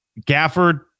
Gafford